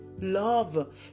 love